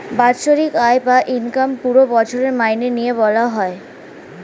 বাৎসরিক আয় বা ইনকাম পুরো বছরের মাইনে নিয়ে বলা হয়